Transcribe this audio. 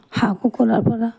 হাঁহ কুকুৰাৰ পৰা